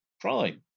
crime